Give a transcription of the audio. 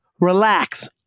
Relax